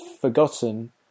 forgotten